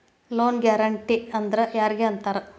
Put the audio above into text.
Loan guarantee ಅಂದ್ರ್ ಯಾರಿಗ್ ಅಂತಾರ?